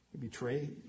betray